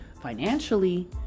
financially